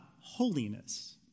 holiness